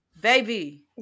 baby